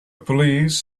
police